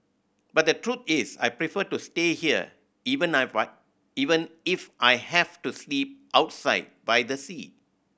but the truth is I prefer to stay here even never even if I have to sleep outside by the sea